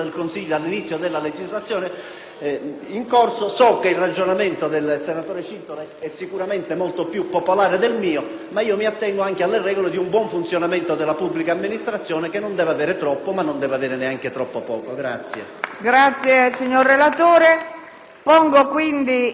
in corso. So che il ragionamento del senatore Cintola è sicuramente molto più popolare del mio, ma personalmente mi attengo anche alle regole di una pubblica amministrazione che non deve avere troppo ma non deve avere neanche troppo poco.